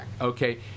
Okay